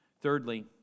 Thirdly